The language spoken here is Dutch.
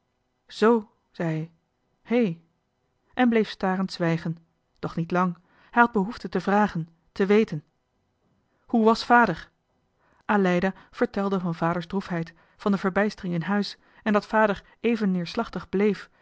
zoo zei hij hé en bleef starend zwijgen doch niet lang hij had behoefte te vragen te weten hoe was vader aleida vertelde van vaders droefheid van de verbijstering in huis en dat vader even neerslachtig blééf